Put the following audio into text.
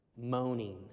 moaning